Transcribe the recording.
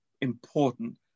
important